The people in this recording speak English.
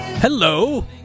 Hello